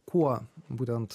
kuo būtent